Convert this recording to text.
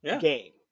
game